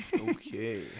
Okay